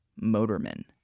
motormen